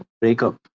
breakup